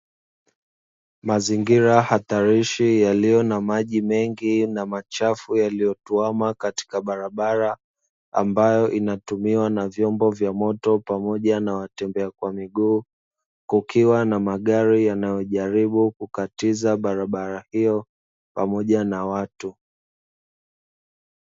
Mazingira hatarishi yaliyo na maji mengi na machafu yaliyo tuama katika barabara ambayo inatimiwa na vyombo vya moto pamoja na watembea kwa miguu, kukiwa na magari yanayojaribu kukatiza barabara hiyo pamoja na watu.